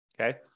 Okay